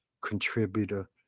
contributor